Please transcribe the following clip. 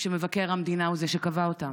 כשמבקר המדינה הוא זה שקבע אותם,